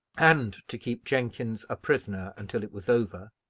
and to keep jenkins a prisoner until it was over